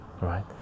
right